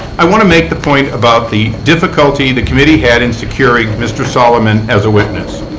i want to make the point about the difficulty the committee had in securing mr. solomon as a witness.